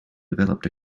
developed